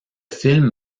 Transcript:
film